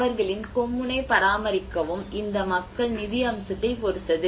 அவர்களின் கொம்முனைப் பராமரிக்கவும் இந்த மக்கள் நிதி அம்சத்தைப் பொறுத்தது